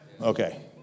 Okay